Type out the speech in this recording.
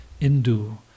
Indu